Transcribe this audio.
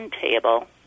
table